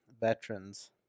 veterans